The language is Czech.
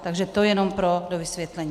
Takže to jenom pro dovysvětlení.